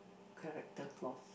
character flaws